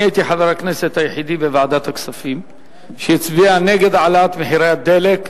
אני הייתי חבר הכנסת היחידי בוועדת הכספים שהצביע נגד העלאת מחירי הדלק,